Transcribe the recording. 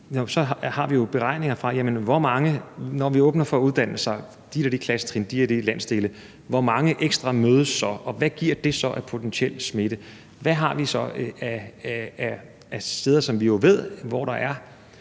i de og de landsdele, hvor mange ekstra mødes så, og hvad giver det så af potentiel smitte? Hvad har vi så af steder, som vi ved – det er